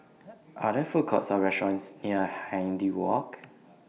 Are There Food Courts Or restaurants near Hindhede Walk